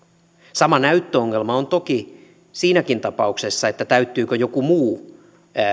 sama näyttöongelma on toki siinäkin tapauksessa että täyttyykö joku muu